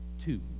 two